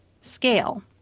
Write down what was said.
scale